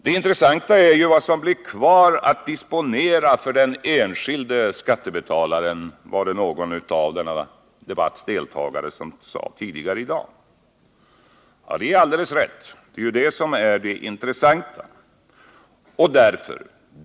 Det intressanta är ju vad som blir kvar att disponera för den enskilde skattebetalaren, var det någon av denna debatts deltagare som sade tidigare i dag. Det är alldeles rätt — det är det som är det intressanta.